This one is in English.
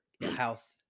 health